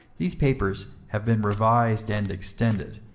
these papers have been revised and extended,